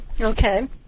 Okay